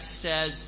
says